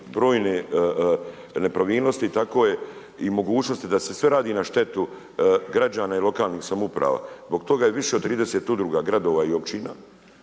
brojne nepravilnosti, tako je i mogućnosti da se sve radi na štetu građana i lokalnih samouprava, zbog toga je više od 30 udruga, gradova i općina